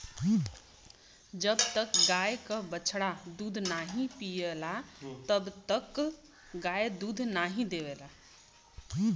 जब तक गाय क बछड़ा दूध नाहीं पियला तब तक गाय दूध नाहीं देवला